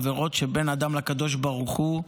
עבירות של בן אדם לקדוש ברוך הוא,